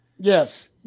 Yes